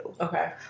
okay